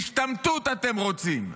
השתמטות אתם רוצים,